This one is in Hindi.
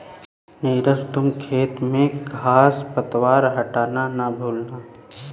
नीरज तुम खेत में घांस पतवार हटाना ना भूलना